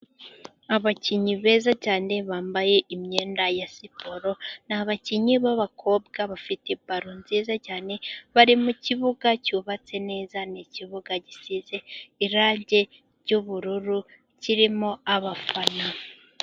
Abakinnyi beza cyane bambaye imyenda ya siporo, ni abakinnyi b'abakobwa bafite balo nziza cyane, bari mukibuga cyubatse neza, ni ikibuga gisize irangi ry'ubururu kirimo abafana.